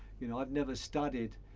you know i've never studied